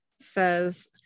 says